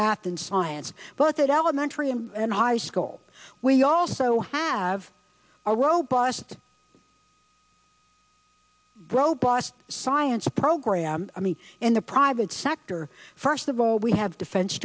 math and science but that elementary and high school we also have a robust robust science program i mean in the private sector first of all we have defense